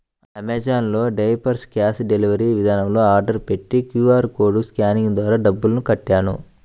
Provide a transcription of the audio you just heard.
Amazon లో diapers cash delivery విధానంలో order పెట్టి క్యూ.ఆర్ కోడ్ స్కానింగ్ ద్వారా డబ్బులు కట్టాను